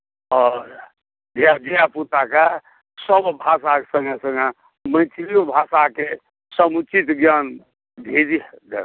आओर धिया पुताके सभ भाषाक सङ्गे सङ्गे मैथिलिओ भाषाके समुचित ज्ञान भेट सकय